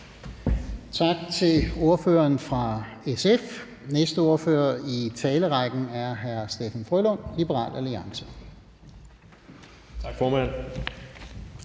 Tak til ordføreren fra SF. Næste ordfører i talerrækken er hr. Steffen W. Frølund, Liberal Alliance. Kl.